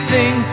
Sing